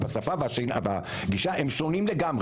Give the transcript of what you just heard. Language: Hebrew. אבל הגישה והשפה שונות לגמרי.